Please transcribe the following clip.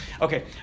Okay